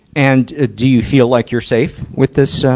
and do you feel like you're safe with this, ah,